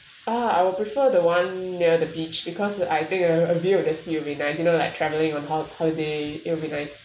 ah I will prefer the one near the beach because I take a a view that sea will be nice you know like travelling on ho~ holiday it'll be nice